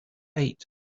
eight